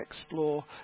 explore